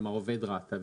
כלומר, עובד רת"א.